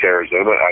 Arizona